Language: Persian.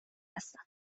هستند